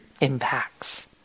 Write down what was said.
impacts